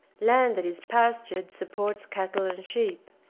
land that is pastured supports cattle and sheep.